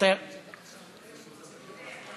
הצעת חוק